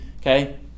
Okay